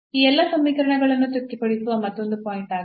ಈ ಎಲ್ಲಾ ಸಮೀಕರಣಗಳನ್ನು ತೃಪ್ತಿಪಡಿಸುವ ಮತ್ತೊಂದು ಪಾಯಿಂಟ್ ಆಗಿದೆ